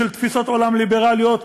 של תפיסות עולם ליברליות,